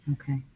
Okay